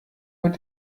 mit